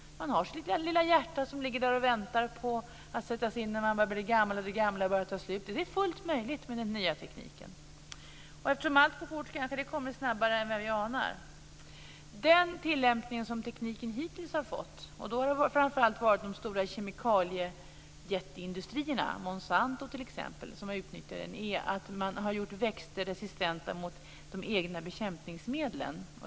Man har sitt lilla hjärta som ligger där och väntar på att sättas in när man blir gammal och det gamla börjar ta slut. Det är fullt möjligt med den nya tekniken. Eftersom allt går fort kanske det kommer snabbare än vi anar. Den tillämpning som tekniken hittills har fått - och då har det framför allt varit de stora kemikalieindustrierna, t.ex. Monsanto, som utnyttjat den - är att man har gjort växter resistenta mot de egna bekämpningsmedlen.